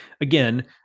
again